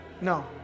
No